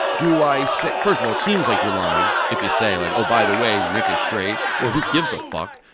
do i say first of all, it seems like you're lying if you say, like, oh, by the way, nick is straight. or who gives a fuck?